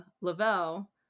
Lavelle